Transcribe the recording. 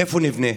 איפה נבנה?